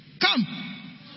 Come